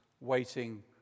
waiting